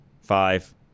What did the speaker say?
five